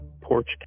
porch